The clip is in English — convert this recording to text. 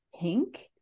pink